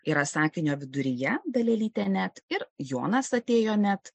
yra sakinio viduryje dalelytė net ir jonas atėjo net